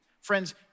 Friends